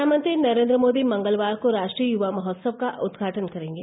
प्रधानमंत्री नरेन्द्र मोदी मंगलवार को राष्ट्रीय युवा महोत्सव का उद्घाटन करेंगे